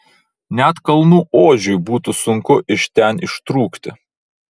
net kalnų ožiui būtų sunku iš ten ištrūkti